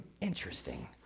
Interesting